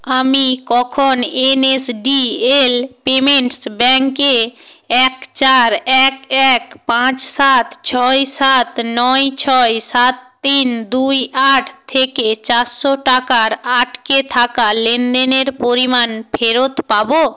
আমি কখন NSDL payments ব্যাঙ্কে এক চার এক এক পাঁচ সাত ছয় সাত নয় ছয় সাত তিন দুই আট থেকে চারশো টাকার আটকে থাকা লেনদেনের পরিমাণ ফেরত পাবো